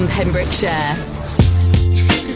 Pembrokeshire